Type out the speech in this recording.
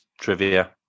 trivia